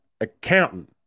accountant